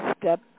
step